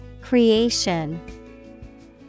Creation